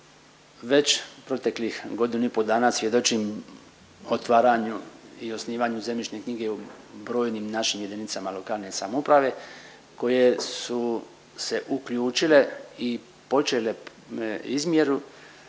već proteklih godinu i po dana svjedočim otvaranju i osnivanju zemljišne knjige u brojnim našim JLS koje su se uključile i počele izmjeru